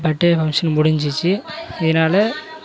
birthday function முடிஞ்சிடுச்சு இதனால்